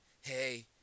Hey